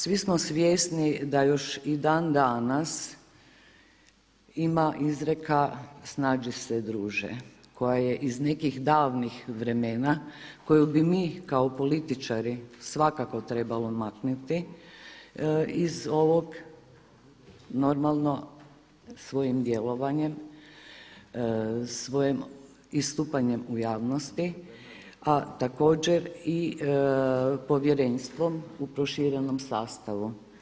Svi smo svjesni da još i dan danas ima izreka snađi se druže koja je iz nekih davnih vremena koju bi mi kao političari svakako trebalo maknuti iz ovog normalno svojim djelovanjem, svojim istupanjem u javnosti, a također i povjerenstvom u proširenom sastavu.